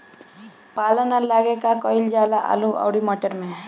पाला न लागे का कयिल जा आलू औरी मटर मैं?